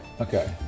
Okay